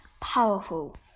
Powerful